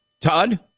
Todd